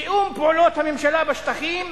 תיאום פעולות הממשלה בשטחים,